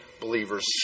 believers